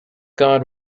god